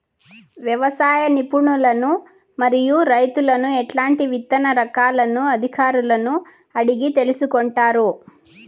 వ్యవసాయ నిపుణులను మరియు రైతులను ఎట్లాంటి విత్తన రకాలను అధికారులను అడిగి తెలుసుకొంటారు?